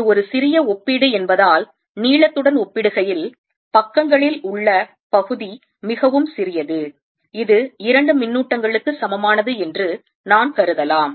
இது ஒரு சிறிய ஒப்பீடு என்பதால் நீளத்துடன் ஒப்பிடுகையில் பக்கங்களில் உள்ள பகுதி மிகவும் சிறியது இது இரண்டு மின்னூட்டங்களுக்கு சமமானது என்று நான் கருதலாம்